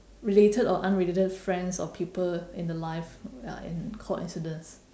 related or unrelated friends or people in the life ya in coincidence